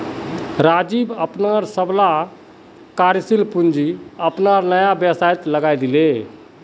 राजीव अपनार सबला कार्यशील पूँजी अपनार नया व्यवसायत लगइ दीले